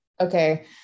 okay